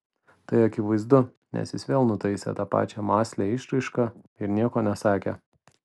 tai akivaizdu nes jis vėl nutaisė tą pačią mąslią išraišką ir nieko nesakė